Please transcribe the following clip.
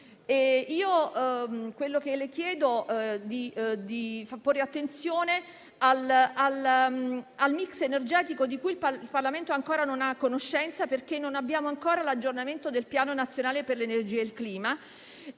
ricchissima). Le chiedo di porre attenzione al *mix* energetico, di cui il Parlamento ancora non ha conoscenza, perché non abbiamo ancora l'aggiornamento del Piano nazionale per l'energia e il clima.